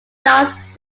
yards